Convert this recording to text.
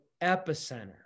epicenter